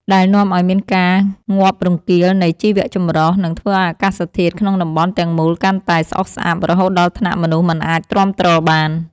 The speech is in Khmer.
ដែលនាំឱ្យមានការងាប់រង្គាលនៃជីវៈចម្រុះ និងធ្វើឱ្យអាកាសធាតុក្នុងតំបន់ទាំងមូលកាន់តែស្អុះស្អាប់ រហូតដល់ថ្នាក់មនុស្សមិនអាចទ្រាំទ្របាន។